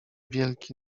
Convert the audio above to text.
wielki